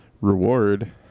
reward